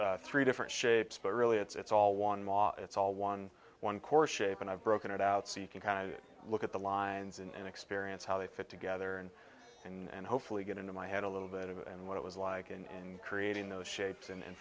shows three different shapes but really it's all one ma it's all one one cor shape and i've broken it out so you can kind of look at the lines and experience how they fit together and and hopefully get into my head a little bit of it and what it was like in creating those shapes and fin